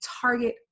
target